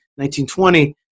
1920